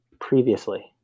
previously